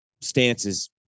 stances